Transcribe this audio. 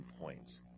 points